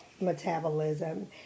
metabolism